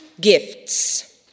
gifts